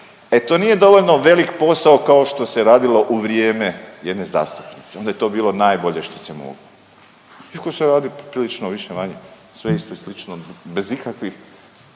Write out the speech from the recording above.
e to nije dovoljno velik posao kao što se radilo u vrijeme jedne zastupnice. Onda je to bilo najbolje što se moglo, iako se radi poprilično više-manje sve isto, slično, bez ikakvih